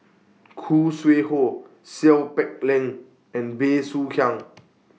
Khoo Sui Hoe Seow Peck Leng and Bey Soo Khiang